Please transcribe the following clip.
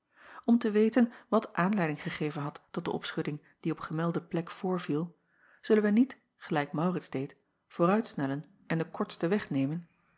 m te weten wat aanleiding gegeven had tot de opschudding die op gemelde plek voorviel zullen wij niet gelijk aurits deed vooruitsnellen en den kortsten